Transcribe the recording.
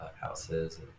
houses